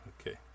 Okay